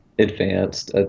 advanced